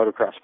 motocross